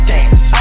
Dance